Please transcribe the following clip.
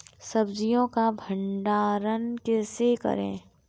सब्जियों का भंडारण कैसे करें?